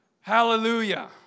Hallelujah